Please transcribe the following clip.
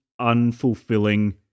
unfulfilling